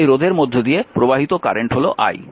এবং এই রোধের মধ্য দিয়ে প্রবাহিত কারেন্ট হল i